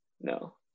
No